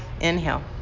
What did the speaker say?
inhale